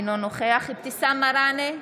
אינו נוכח אבתיסאם מראענה,